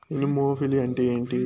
Anemophily అంటే ఏంటి?